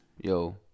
Yo